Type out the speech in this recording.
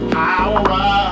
power